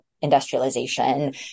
industrialization